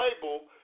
Bible